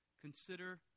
Consider